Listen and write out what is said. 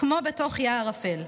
כמו בתוך יער אפל.